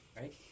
Right